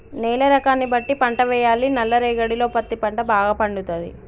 నేల రకాన్ని బట్టి పంట వేయాలి నల్ల రేగడిలో పత్తి పంట భాగ పండుతది